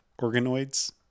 organoids